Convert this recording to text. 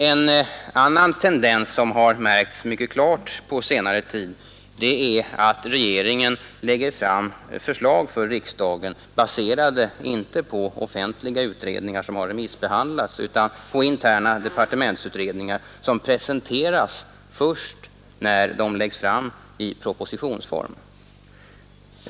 En annan tendens som märkts mycket klart på senare tid är att regeringen lägger fram förslag för riksdagen, baserade inte på offentliga utredningar som remissbehandlats utan på interna departementsutredningar som presenteras först när de läggs fram i propositionen.